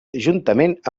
juntament